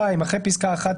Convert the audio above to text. אחרי פסקה (11)